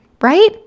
right